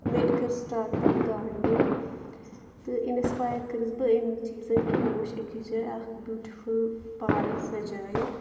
مےٚ تہِ کٔر سِٹارٹ پَتہٕ گارڈنِنٛگ تہٕ اِنَسپایر کٔرٕس بہٕ أمی چیٖزَن کہِ مےٚ وُچھ أکِس جایہِ اَکھ بیٛوٗٹِفُل پارَک سَجٲوِتھ